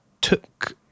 took